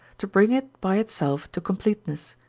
to bring it by itself to completeness,